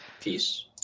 Peace